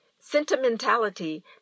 Sentimentality